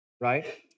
right